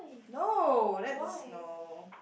no that's no